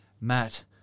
Matt